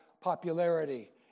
popularity